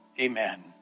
Amen